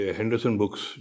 Henderson-Books